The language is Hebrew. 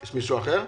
יש מישהו אחר?